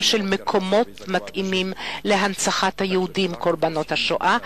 של מקומות מתאימים להנצחת זכר היהודים קורבנות השואה,